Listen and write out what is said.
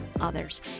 others